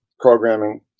programming